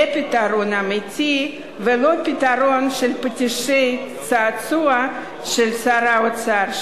זה פתרון אמיתי ולא פתרון של פטישי צעצוע של שר האוצר,